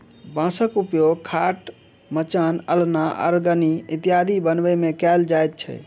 बाँसक उपयोग खाट, मचान, अलना, अरगनी इत्यादि बनबै मे कयल जाइत छै